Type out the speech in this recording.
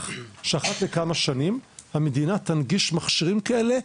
שאחת לכמה שנים המדינה תנגיש מכשירים כאלו,